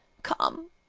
come,